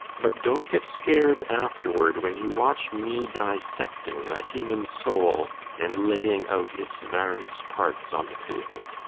but don't get scared afterward, when you watch me dissecting a human soul and laying out its various parts on the table.